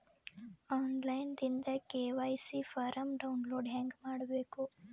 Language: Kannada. ಆನ್ ಲೈನ್ ದಿಂದ ಕೆ.ವೈ.ಸಿ ಫಾರಂ ಡೌನ್ಲೋಡ್ ಹೇಂಗ ಮಾಡಬೇಕು?